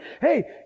Hey